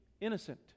Innocent